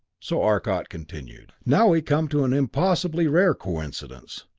so arcot continued now we come to an impossibly rare coincidence.